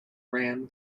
ran